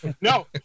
No